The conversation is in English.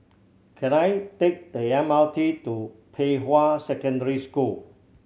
can I take the M R T to Pei Hwa Secondary School